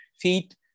feet